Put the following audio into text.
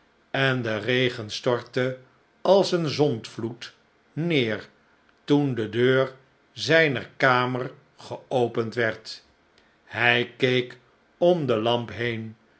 en de regen stortte als een zondvloed neer toen de deur zijner kamer geopend werd hij keek om de lamp heen